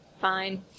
Fine